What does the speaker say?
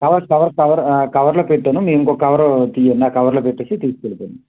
cover cover cover కవర్లో పెట్టాను మీకు ఇంకో కవరు తీయద్దు ఆ కవర్లో పెట్టి తీసుకు వెళ్ళిపోమ్మ